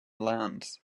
lands